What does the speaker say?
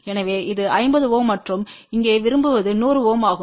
எனவே இது 50 Ω மற்றும் இங்கே விரும்புவது 100 Ω ஆகும்